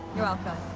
you're welcome.